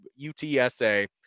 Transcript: UTSA